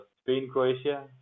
Spain-Croatia